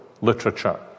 literature